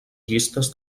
llistes